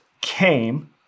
came